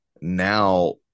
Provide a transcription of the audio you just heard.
now